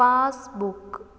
passbook